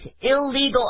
illegal